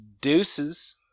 deuces